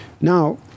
Now